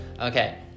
Okay